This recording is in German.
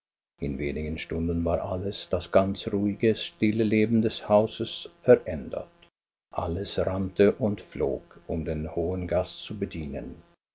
in wenigen stunden war alles das ganze ruhige stille leben des hauses verändert alles rannte und flog um den hohen gast zu bedienen